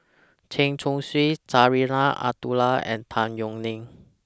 Chen Chong Swee Zarinah Abdullah and Tan Yeok Nee